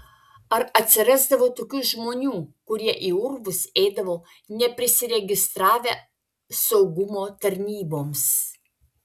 ar atsirasdavo tokių žmonių kurie į urvus eidavo neprisiregistravę saugumo tarnyboms